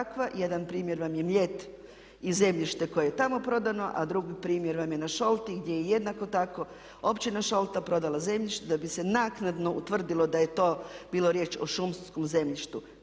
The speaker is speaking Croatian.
Jedan primjer vam je Mljet i zemljište koje je tamo prodano, a drugi primjer vam je na Šolti gdje je jednako tako Općina Šolta prodala zemljište da bi se naknadno utvrdilo da je to bilo riječ o šumskom zemljištu.